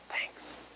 thanks